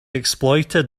exploited